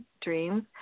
dreams